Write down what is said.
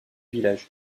village